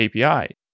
API